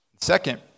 Second